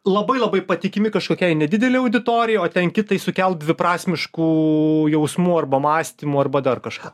labai labai patikimi kažkokiai nedidelei auditorijai o ten kitai sukels dviprasmiškų jausmų arba mąstymų arba dar kažką